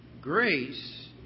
Grace